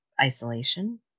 isolation